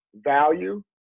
value